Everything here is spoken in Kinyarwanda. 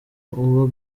uba